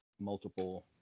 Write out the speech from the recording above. multiple